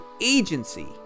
agency